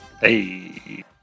Hey